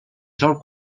sol